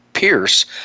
Pierce